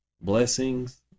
blessings